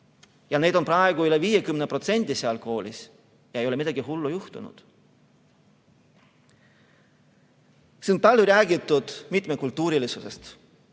Neid on praegu üle 50% seal koolis ja ei ole midagi hullu juhtunud. Siin on palju räägitud mitmekultuurilisusest